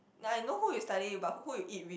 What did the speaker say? I know who you study but who you eat with